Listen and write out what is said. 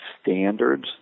standards